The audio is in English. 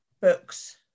books